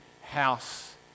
house